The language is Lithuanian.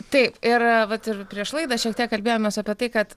taip ir vat ir prieš laidą šiek tiek kalbėjomės apie tai kad